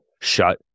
shut